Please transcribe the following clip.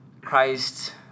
Christ